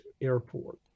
airport